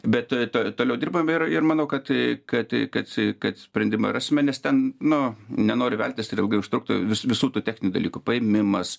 bet toliau dirbam ir ir manau kad kad kad kad sprendimą rasime nes ten nu nenoriu veltis ir ilgai užtruktų vis visų tų techninių dalykų paėmimas